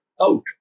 out